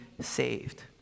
saved